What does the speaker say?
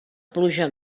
pluja